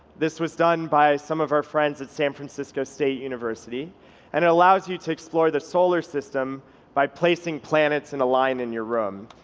this was done by some of our friends at san francisco state university and it allows you to explore the solar system by placing planets in a line in your room,